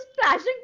splashing